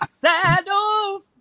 saddles